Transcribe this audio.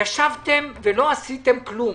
ישבתם ולא עשיתם כלום.